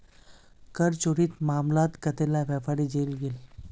कर चोरीर मामलात कतेला व्यापारी जेल गेल